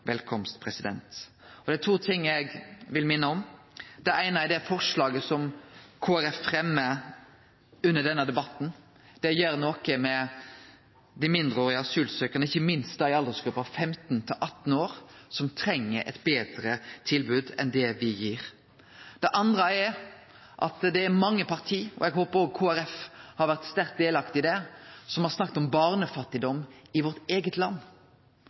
velkomst. Det er to ting eg vil minne om. Det eine er det forslaget som Kristeleg Folkeparti fremjar under denne debatten. Det gjer noko for dei mindreårige asylsøkjarane, ikkje minst dei i aldersgruppa 15–18 år, som treng eit betre tilbod enn det me gir. Det andre er at det er mange parti – og eg håper òg at Kristeleg Folkeparti har vore sterkt delaktig i det – som har snakka om barnefattigdom i vårt eige land.